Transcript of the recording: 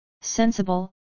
Sensible